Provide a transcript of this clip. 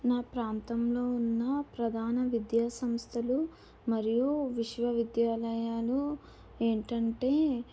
నా ప్రాంతంలో ఉన్న ప్రధాన విద్యాసంస్థలు మరియు విశ్వవిద్యాలయాలు ఏంటంటే